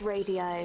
Radio